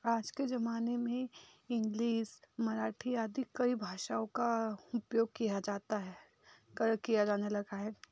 आज के ज़माने में इंग्लिस मराठी आदि कई भाषाओं का उपयोग किया जाता है किया जाने लगा है